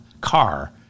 car